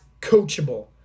coachable